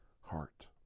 heart